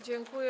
Dziękuję.